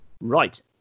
Right